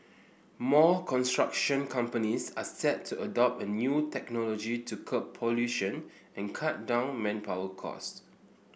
more construction companies are set to adopt a new technology to curb pollution and cut down on manpower costs